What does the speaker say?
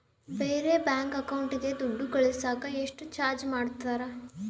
ಬೇರೆ ಬ್ಯಾಂಕ್ ಅಕೌಂಟಿಗೆ ದುಡ್ಡು ಕಳಸಾಕ ಎಷ್ಟು ಚಾರ್ಜ್ ಮಾಡತಾರ?